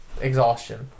exhaustion